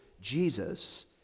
Jesus